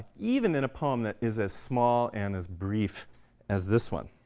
even in a poem that is as small and as brief as this one.